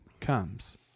comes